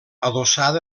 adossada